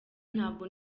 ntabwo